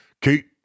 Kate